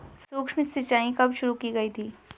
सूक्ष्म सिंचाई कब शुरू की गई थी?